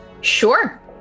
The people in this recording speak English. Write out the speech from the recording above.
Sure